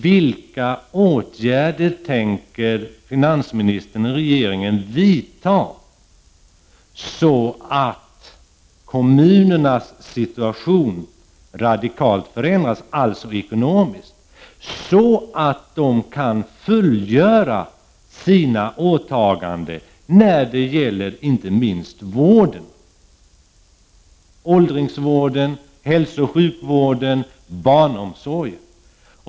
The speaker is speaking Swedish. Vilka åtgärder tänker finansministern och regeringen vidta så att kommunernas ekonomiska situation radikalt förändras, så att kommunerna kan fullgöra sina åtaganden när det gäller inte minst åldringsvården, hälsooch sjukvården och barnomsorgen?